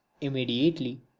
immediately